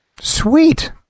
Sweet